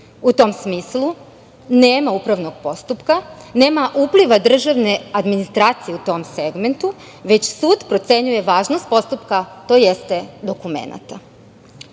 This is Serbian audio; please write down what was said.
U tom smislu, nema upravnog postupka, nema upliva državne administracije u tom segmentu, već sud procenjuje važnost postupka tj. dokumenta. Pored